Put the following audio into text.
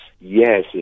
yes